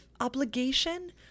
obligation